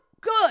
good